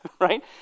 Right